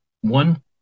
One